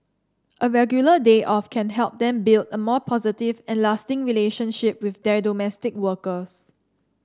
a regular day off can help them build a more positive and lasting relationship with their domestic workers